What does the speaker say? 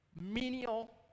menial